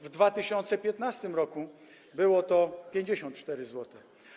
W 2015 r. było to 54 zł.